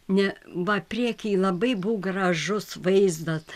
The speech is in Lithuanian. ne va priekyj labai buvo gražus vaizdas